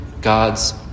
God's